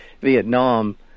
Vietnam